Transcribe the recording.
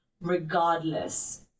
regardless